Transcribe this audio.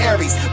Aries